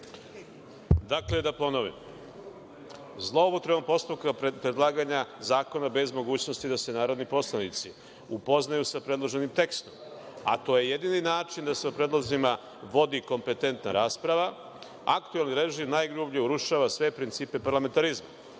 potpuno novi, jer zloupotrebom postupka predlaganja zakona bez mogućnosti da se narodni poslanici upoznaju sa predloženim tekstom, a to je jedini način da se o predlozima vodi kompetentan rasprava, aktuelni režim najgrublje urušava sve principe parlamentarizma.